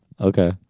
okay